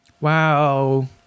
Wow